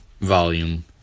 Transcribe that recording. volume